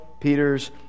peter's